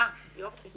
אה, יופי.